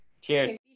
Cheers